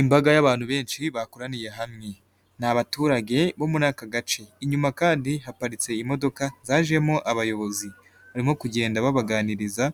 Imbaga y'abantu benshi bakoraniye hamwe, ni abaturage bo muri aka gace inyuma kandi haparitse imodoka zajemo abayobozi, barimo kugenda babaganiriza.